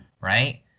Right